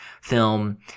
film